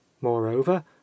Moreover